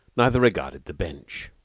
neither regarded the bench.